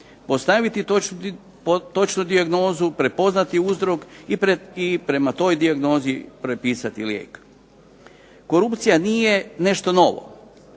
Postaviti točnu dijagnozu, prepoznati uzrok i prema toj dijagnozi prepisati lijek. Korupcija nije nešto novo,